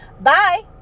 Bye